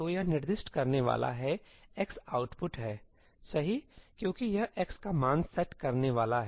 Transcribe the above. तो यह निर्दिष्ट करने वाला है x आउटपुट है सही है क्योंकि यह x का मान सेट करने वाला है